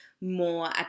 more